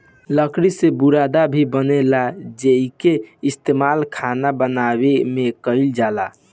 लकड़ी से बुरादा भी बनेला जेइके इस्तमाल खाना बनावे में कईल जाला